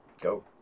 Go